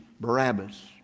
Barabbas